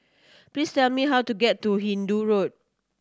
please tell me how to get to Hindoo Road